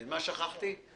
מה שכחתי?